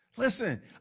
Listen